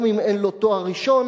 גם אם אין לו תואר ראשון.